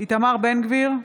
איתמר בן גביר,